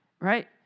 right